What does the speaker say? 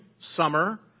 summer